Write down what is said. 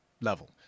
level